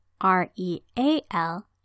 R-E-A-L